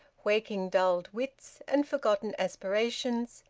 waking dulled wits and forgotten aspirations,